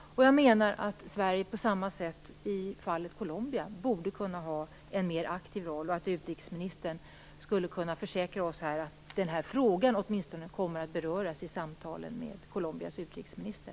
Jag menar att Sverige på samma sätt i fallet Colombia borde kunna ha en mer aktiv roll och att utrikesministern skulle kunna försäkra oss om att den här frågan åtminstone kommer att beröras i samtalen med Colombias utrikesminister.